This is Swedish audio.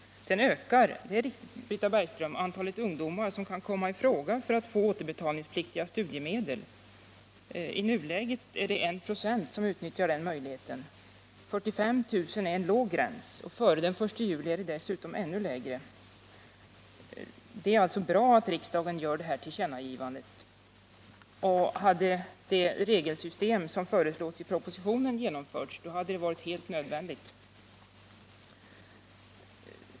Den ökar — det är riktigt, Britta Bergström — antalet ungdomar som kan komma i fråga för att få återbetalningspliktiga studiemedel. I nuläget är det 1 96 som utnyttjar den möjligheten. 45 000 är en låg gräns. Före den 1 juli är den dessutom ännu lägre. Det är alltså bra att riksdagen gör detta tillkännagivande. Om det regelsystem som föreslås i propositionen genomförts, så hade tillkännagivandet varit helt nödvändigt.